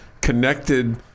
connected